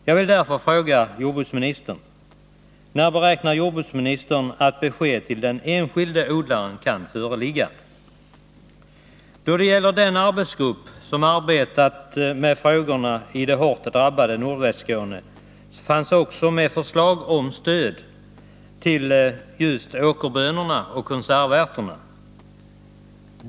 Jag vill därför fråga jordbruksministern: När beräknar jordbruksministern att besked till den enskilde odlaren kan lämnas? Den arbetsgrupp som arbetat med frågorna i det hårt drabbade Nordvästskåne hade också med förslag om stöd för åkerbönorna och konservärterna.